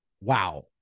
wow